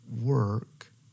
work